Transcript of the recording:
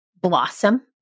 blossom